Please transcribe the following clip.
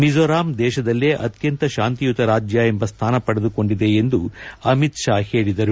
ಮಿಜೋರಾಮ್ ದೇಶದಲ್ಲೇ ಅತ್ಯಂತ ಶಾಂತಿಯುತ ರಾಜ್ಯ ಎಂಬ ಸ್ಟಾನ ಪಡೆದುಕೊಂಡಿದೆ ಎಂದು ಅಮಿತ್ ಶಾ ಹೇಳದರು